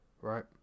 right